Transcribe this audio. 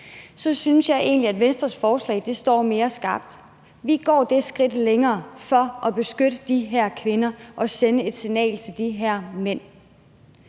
jeg synes egentlig, at Venstres forslag står mere skarpt. Vi går det skridt længere for at beskytte de her kvinder og sende et signal til de her mænd,